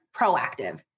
proactive